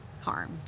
harm